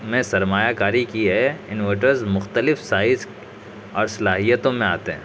میں سرمایہ کاری کی ہے انویٹرز مختلف سائز اور صلاحیتوں میں آتے ہیں